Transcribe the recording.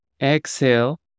Exhale